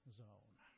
zone